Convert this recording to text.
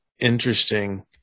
interesting